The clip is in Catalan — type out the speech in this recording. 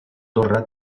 torre